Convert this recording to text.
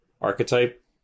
archetype